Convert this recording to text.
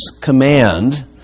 command